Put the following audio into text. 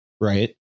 right